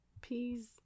peas